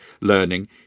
learning